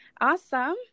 awesome